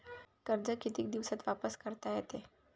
कर्ज कितीक दिवसात वापस करता येते?